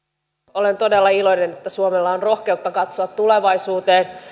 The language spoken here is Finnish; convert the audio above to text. olen todella iloinen että suomella on rohkeutta katsoa tulevaisuuteen